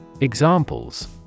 Examples